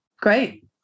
great